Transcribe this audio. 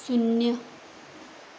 शून्य